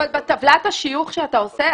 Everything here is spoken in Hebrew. אבל בטבלת השיוך שאתה עושה,